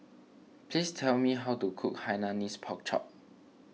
please tell me how to cook Hainanese Pork Chop